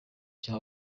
cya